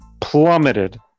plummeted